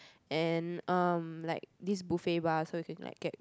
and um like this buffet bar so you can like get